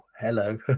Hello